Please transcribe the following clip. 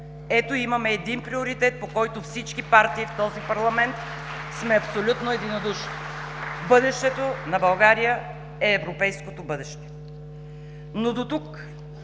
Ето, имаме един приоритет, по който всички партии в този парламент сме абсолютно единодушни. Бъдещето на България е европейското бъдеще! (Ръкопляскания